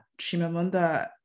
Chimamanda